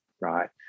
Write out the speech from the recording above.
right